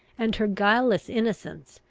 and her guileless innocence,